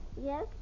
Yes